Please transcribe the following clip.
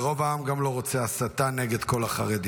ורוב העם גם לא רוצה הסתה נגד כל החרדים.